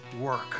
work